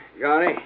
Johnny